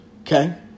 Okay